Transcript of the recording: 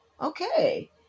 okay